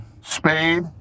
spade